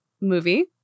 movie